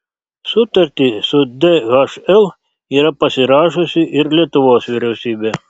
sutartį su dhl yra pasirašiusi ir lietuvos vyriausybė